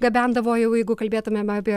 gabendavo jau jeigu kalbėtumėm apie